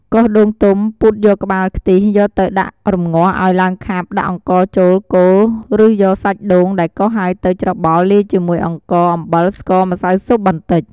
កោសដូងទុំ ពូតយកក្បាលខ្ទិះយកទៅដាក់រម្ងាស់ឱ្យឡើងខាប់ ដាក់អង្ករចូល កូរ ឬយកសាច់ដូងដែលកោសហើយទៅ ច្របល់ លាយជាមួយអង្ករ អំបិល ស្ករ ម្សៅស៊ុបបន្តិច។